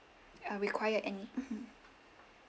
uh required any mmhmm